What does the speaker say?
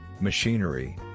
machinery